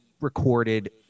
recorded